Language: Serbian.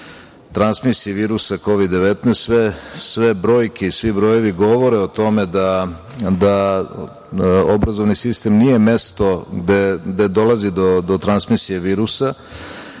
transmisiji virusa Kovid-19.Sve brojke i svi brojevi govore o tome da obrazovni sistem nije mesto gde dolazi do transmisije virusa.